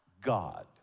God